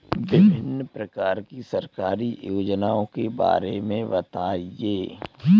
विभिन्न प्रकार की सरकारी योजनाओं के बारे में बताइए?